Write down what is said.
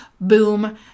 boom